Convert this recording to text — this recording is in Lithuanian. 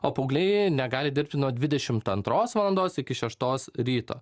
o paaugliai negali dirbti nuo dvidešimt antros valandos iki šeštos ryto